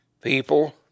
People